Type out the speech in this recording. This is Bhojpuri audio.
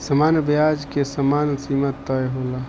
सामान्य ब्याज के समय सीमा तय होला